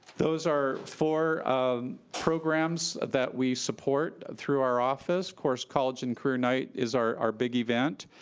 those are four um programs that we support through our office. course, college and career night is our our big event.